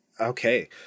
okay